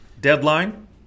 deadline